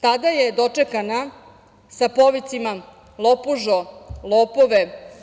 Tada je dočekana sa povicima – lopužo, lopovo.